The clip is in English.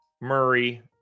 Murray